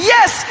Yes